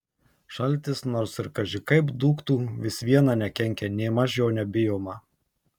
šaltis nors ir kaži kaip dūktų vis viena nekenkia nėmaž jo nebijoma